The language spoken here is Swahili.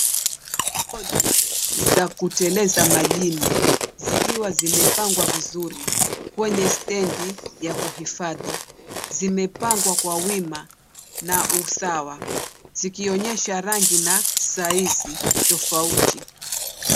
Bodi za kuteleza majini zikiwa zimepangwa vizuri kwenye stendi ya kuhifadhi. Zimepangwa kwa wima na usawa zikionyesha rangi na saizi tofauti.